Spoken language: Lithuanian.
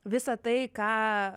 visa tai ką